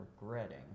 regretting